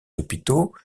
hôpitaux